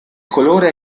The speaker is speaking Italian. colore